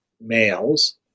males